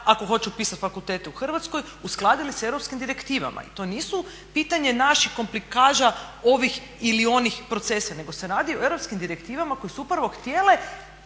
ako hoće upisati fakultete u Hrvatskoj uskladili sa europskim direktivama i to nisu pitanje naših komplikaža ovih ili onih procesa nego se radi o europskim direktivama koje su upravo htjele,